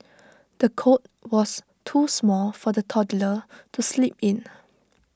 the cot was too small for the toddler to sleep in